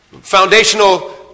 foundational